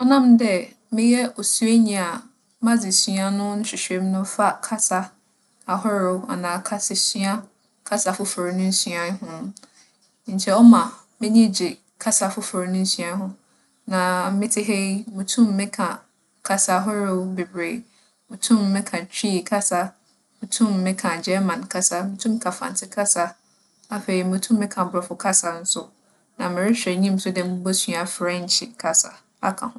ͻnam dɛ meyɛ osuanyi a m'adzesua no nhwehwɛmu no fa kasa ahorow anaa kasasua, kasa fofor no nsuae ho ntsi ͻma m'enyi gye kasa fofor no nsuae ho. Na metse ha yi, mutum meka kasa ahorow beberee. Mutum meka Twi kasa, mutum meka German kasa, mutum meka Fantse kasa, afei mutum meka Borͻfo kasa so. Na morohwɛ enyim so dɛ mubosua Frɛnkye kasa aka ho.